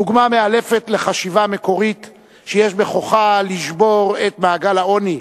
דוגמה מאלפת לחשיבה מקורית שיש בכוחה לשבור את מעגל העוני,